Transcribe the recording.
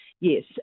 yes